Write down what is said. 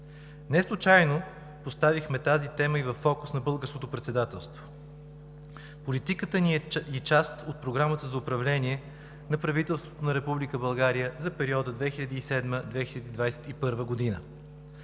Неслучайно поставихме тази тема и във фокуса на Българското председателство. Политиката ни е и част от Програмата за управление на правителството на Република България за периода 2007 – 2021 г.